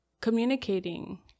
communicating